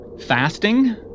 Fasting